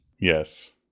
Yes